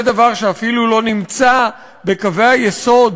זה דבר שאפילו לא נמצא בקווי היסוד